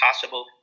possible